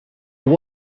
know